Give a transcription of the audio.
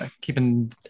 keeping